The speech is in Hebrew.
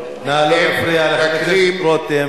אם זה אומר, נא לא להפריע לחבר הכנסת רותם.